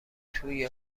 توی